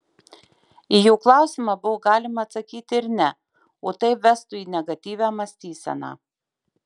į jo klausimą buvo galima atsakyti ir ne o tai vestų į negatyvią mąstyseną